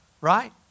Right